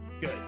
good